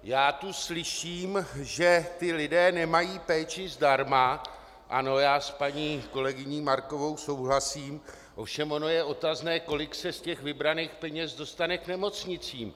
Já tu slyším, že lidé nemají péči zdarma ano, já s paní kolegyní Markovou souhlasím , ovšem ono je otazné, kolik se z vybraných peněz dostane k nemocnicím.